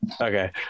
okay